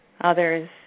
others